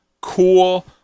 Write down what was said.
cool